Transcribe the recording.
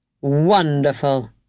Wonderful